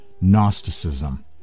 Gnosticism